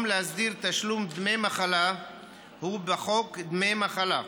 להסדיר תשלום דמי מחלה הוא בחוק דמי מחלה.